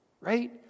right